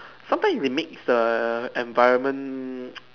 sometimes it makes the environment